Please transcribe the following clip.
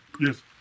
yes